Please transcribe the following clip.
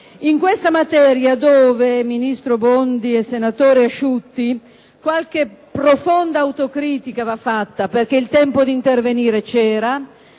in questa materia. A tale riguardo, ministro Bondi e senatore Asciutti, qualche profonda autocritica va fatta, perché il tempo di intervenire c'era